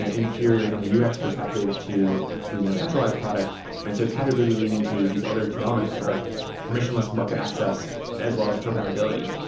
ah inferior from a ux perspective to using a centralized product and so it's had to really lean into these other two elements, which are permissionless market access as well as programmability.